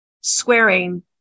squaring